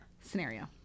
scenario